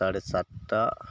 ସାଢ଼େ ସାତଟା